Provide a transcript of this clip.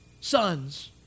sons